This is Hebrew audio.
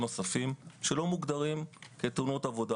נוספים שלא מוגדרים כתאונות עבודה.